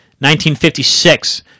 1956